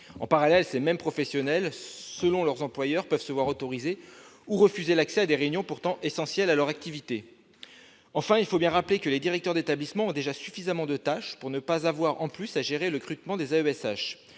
En parallèle, selon leur employeur, ces professionnels peuvent se voir autoriser ou refuser l'accès à des réunions pourtant essentielles à leur activité. Enfin, il faut bien le rappeler, les directeurs d'établissement ont déjà suffisamment de tâches pour ne pas avoir à gérer en plus le recrutement des AESH.